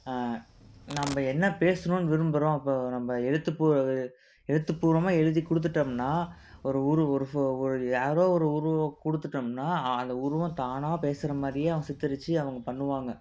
நம்ம என்ன பேசணுன்னு விரும்புகிறோம் இப்போ நம்ம எழுத்து பூர் எழுத்து பூர்வமாக எழுதி கொடுத்துட்டம்ன்னா ஒரு ஊரு ஒரு ஃபோ ஒரு யாரோ ஒரு உருவம் கொடுத்துட்டம்ன்னா அந்த உருவம் தானாக பேசுகிற மாதிரியே அவங்க சித்தரிச்சி அவங்க பண்ணுவாங்க